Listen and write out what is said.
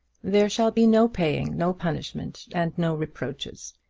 there shall be no paying, no punishment, and no reproaches.